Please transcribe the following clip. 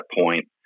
point